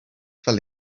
fell